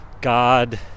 God